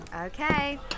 Okay